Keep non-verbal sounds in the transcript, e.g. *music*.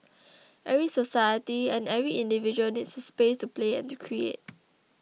*noise* every society and every individual needs a space to play and to create